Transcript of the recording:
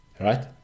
Right